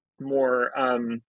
more